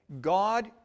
God